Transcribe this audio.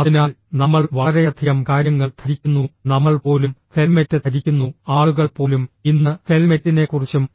അതിനാൽ നമ്മൾ വളരെയധികം കാര്യങ്ങൾ ധരിക്കുന്നു നമ്മൾ പോലും ഹെൽമെറ്റ് ധരിക്കുന്നു ആളുകൾ പോലും ഇന്ന് ഹെൽമെറ്റിനെക്കുറിച്ചും